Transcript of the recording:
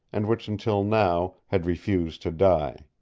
and which until now had refused to die.